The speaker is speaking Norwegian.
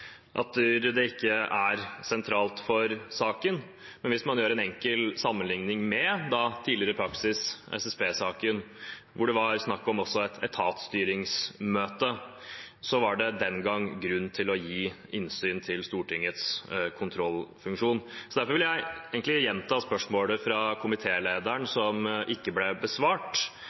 det ikke er sentralt for saken. Man kan gjøre en enkel sammenligning med tidligere praksis, fra SSB-saken, der det også var snakk om et etatsstyringsmøte, og den gang var det grunn til å gi innsyn til Stortingets kontrollfunksjon. Derfor vil jeg egentlig gjenta spørsmålet fra komitélederen som ikke ble besvart.